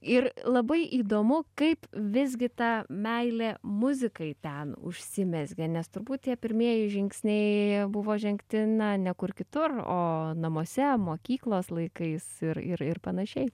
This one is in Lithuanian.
ir labai įdomu kaip visgi ta meilė muzikai ten užsimezgė nes turbūt tie pirmieji žingsniai buvo žengti na ne kur kitur o namuose mokyklos laikais ir ir panašiai